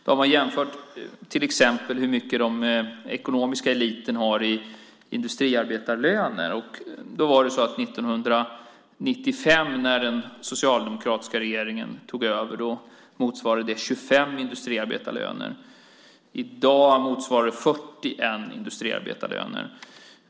De har till exempel visat hur mycket den ekonomiska eliten har i industriarbetarlöner. År 1995, när den socialdemokratiska regeringen tog över, motsvarade det 25 industriarbetarlöner. I dag motsvarar det 41 industriarbetarlöner.